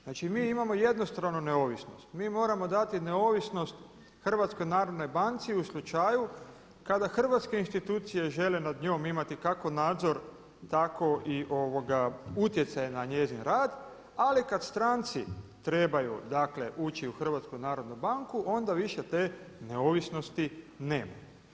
Znači mi imamo jednostranu neovisnost, mi moramo dati neovisnost HNB-u u slučaju kada hrvatske institucije žele nad njom imati kako nadzor tako i utjecaje na njezin rad ali kad stranci trebaju dakle ući u HNB onda više te neovisnosti nema.